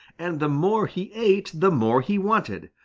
and the more he ate the more he wanted.